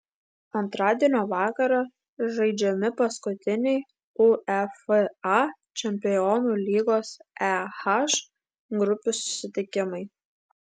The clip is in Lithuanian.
antradienio vakarą žaidžiami paskutiniai uefa čempionų lygos e h grupių susitikimai